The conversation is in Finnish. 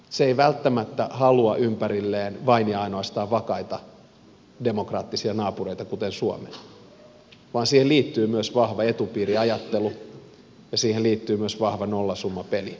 se ei välttämättä halua ympärilleen vain ja ainoastaan vakaita demokraattisia naapureita kuten suomi vaan siihen liittyy myös vahva etupiiriajattelu ja siihen liittyy myös vahva nollasummapeli